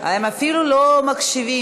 הם אפילו לא מקשיבים.